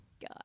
God